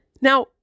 Now